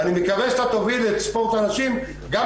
ואני מקווה שאתה תוביל את ספורט הנשים גם